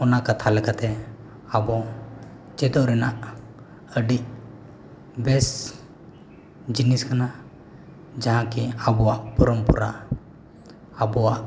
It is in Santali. ᱚᱱᱟ ᱠᱟᱛᱷᱟ ᱞᱮᱠᱟᱛᱮ ᱟᱵᱚ ᱪᱮᱫᱚᱜ ᱨᱮᱱᱟᱜ ᱟᱹᱰᱤ ᱵᱮᱥ ᱡᱤᱱᱤᱥ ᱠᱟᱱᱟ ᱡᱟᱦᱟᱸ ᱠᱤ ᱟᱵᱚᱣᱟᱜ ᱯᱚᱨᱚᱢᱯᱚᱨᱟ ᱟᱵᱚᱣᱞᱟᱜ